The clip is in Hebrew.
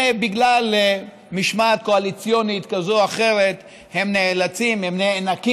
ובגלל משמעת קואליציונית כזאת או אחרת הם נאנקים